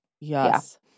yes